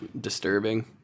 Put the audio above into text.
disturbing